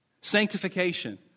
Sanctification